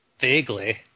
vaguely